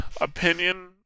opinion